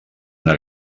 una